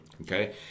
okay